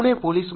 Pune police